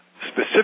specific